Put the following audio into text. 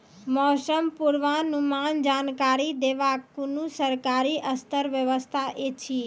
मौसम पूर्वानुमान जानकरी देवाक कुनू सरकारी स्तर पर व्यवस्था ऐछि?